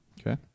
Okay